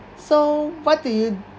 so what do you